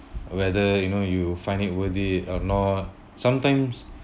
whether you know you find it worthy or not sometimes